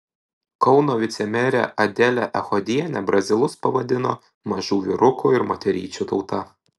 kauno vicemerė adelė echodienė brazilus pavadino mažų vyrukų ir moteryčių tauta